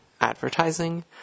advertising